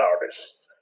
artists